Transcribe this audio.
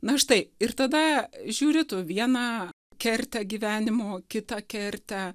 na štai ir tada žiūri tu vieną kertę gyvenimo kitą kertę